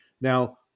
Now